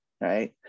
right